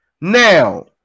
Now